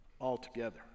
altogether